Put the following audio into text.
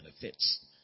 benefits